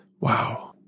Wow